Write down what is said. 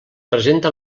presenta